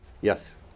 Yes